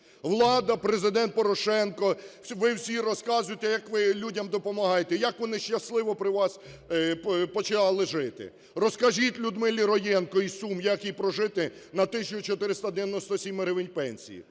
Влада, Президент Порошенко, ви всі розказуєте як ви людям допомагаєте, як вони щасливо при вас почали жити. Розкажіть Людмилі Роєнко із Сум, як їй прожити на 1 тисячу 497 гривень пенсії.